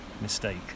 mistake